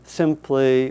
simply